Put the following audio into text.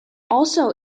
also